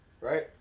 right